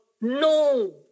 No